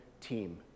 team